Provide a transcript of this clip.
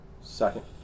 Second